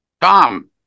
Tom